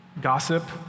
gossip